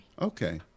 Okay